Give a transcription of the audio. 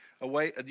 away